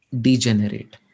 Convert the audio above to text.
Degenerate